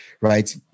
right